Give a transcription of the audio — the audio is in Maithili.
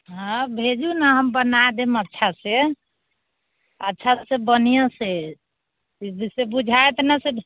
हँ भेजू ने हम बना देब अच्छासँ अच्छासँ बढ़िआँसँ जाहिसँ बुझाइत नहि